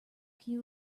cube